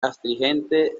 astringente